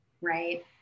right